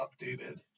updated